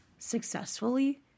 successfully